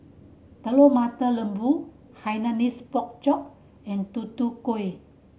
Telur Mata Lembu Hainanese Pork Chop and Tutu Kueh